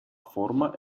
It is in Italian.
forma